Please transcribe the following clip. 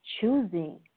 choosing